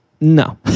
No